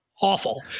awful